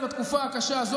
21% מתקציב מערכת החינוך,